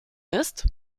isst